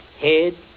head